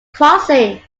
crossing